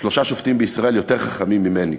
שלושה שופטים בישראל יותר חכמים ממני.